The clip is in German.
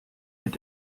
mit